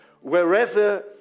Wherever